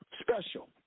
special